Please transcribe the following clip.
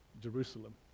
Jerusalem